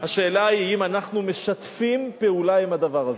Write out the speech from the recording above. השאלה היא אם אנחנו משתפים פעולה עם הדבר הזה.